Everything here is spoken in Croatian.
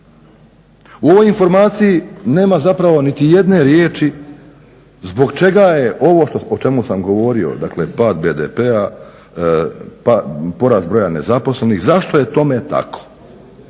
U ovoj informaciji nema zapravo niti jedne riječi zbog čega je ovo o čemu sam govorio, dakle pad BDP-a, porast broja nezaposlenih zašto je tome tako